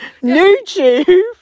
YouTube